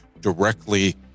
directly